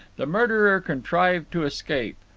the murderer contrived to escape.